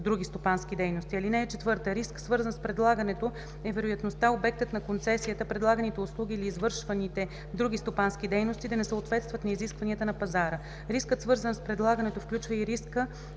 други стопански дейности. (4) Риск, свързан с предлагането, е вероятността обектът на концесията, предлаганите услуги или извършваните други стопански дейности да не съответстват на изискванията на пазара. Рискът, свързан с предлагането, включва и риска